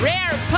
Rare